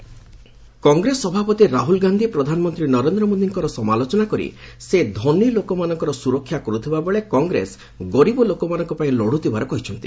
Rahul election Congress ସଭାପତି ରାହଲ ଗାନ୍ଧୀ ପ୍ରଧାନମନ୍ତ୍ରୀ ନରେନ୍ଦ୍ର ମୋଦିଙ୍କର ସମାଲୋଚନା କରି ସେ ଧନୀ ଲୋକମାନଙ୍କର ସୁରକ୍ଷା କରୁଥିବାବେଳେ କଂଗ୍ରେସ ଗରିବ ଲୋକମାନଙ୍କ ପାଇଁ ଲଢୁଥିବାର କହିଛନ୍ତି